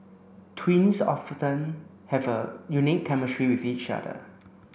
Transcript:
twins often have a unique chemistry with each other